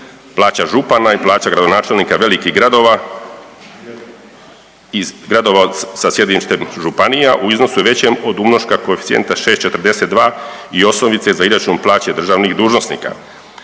Plaća župana i plaća gradonačelnika velikih gradova iz gradova sa sjedištem županija u iznosu većem od umnoška koeficijenta 6,42 i osnovice za izračun plaće državnih dužnosnika.